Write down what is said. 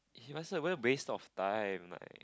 faster what a waste of time right